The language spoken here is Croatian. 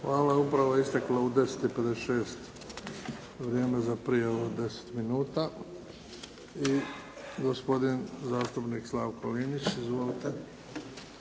Hvala. Upravo je isteklo u 10,56 vrijeme za prijavu od 10 minuta. I gospodin zastupnik Slavko Linić. Izvolite.